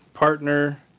Partner